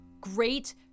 great